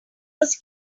was